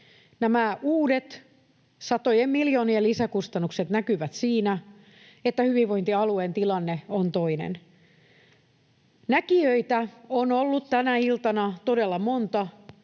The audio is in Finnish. Nämä uudet satojen miljoonien lisäkustannukset näkyvät siinä, että hyvinvointialueen tilanne on toinen. Näkijöitä on ollut tänä iltana todella monta.